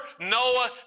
Noah